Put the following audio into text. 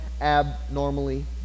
abnormally